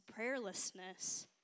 prayerlessness